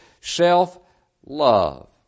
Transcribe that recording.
self-love